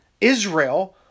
Israel